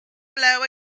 blow